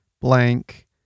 blank